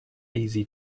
easy